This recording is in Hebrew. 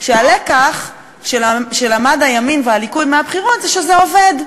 שהלקח שלמדו הימין והליכוד מהבחירות הוא שזה עובד.